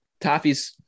Toffees